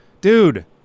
dude